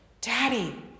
Daddy